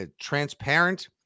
transparent